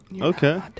Okay